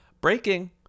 Breaking